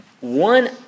one